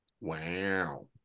Wow